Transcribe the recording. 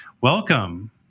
Welcome